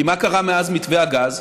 כי מה קרה מאז מתווה הגז?